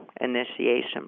initiation